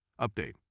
Update